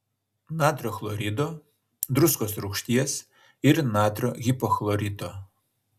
natrio chlorido druskos rūgšties ir natrio hipochlorito